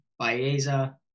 Baeza